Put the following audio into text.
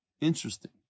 Interesting